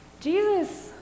Jesus